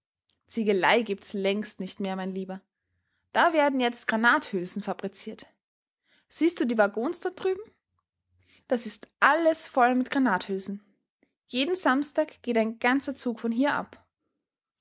ziegelei gibt's längst nicht mehr mein lieber da werden jetzt granathülsen fabriziert siehst du die waggons dort drüben das ist alles voll mit granathülsen jeden samstag geht ein ganzer zug von hier ab